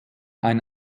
ein